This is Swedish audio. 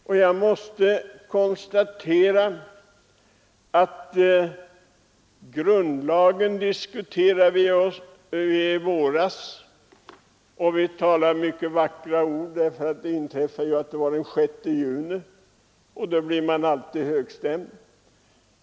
När vi i våras diskuterade grundlagen sades många vackra ord. Det var ju den 6 juni, och då blir man alltid högstämd.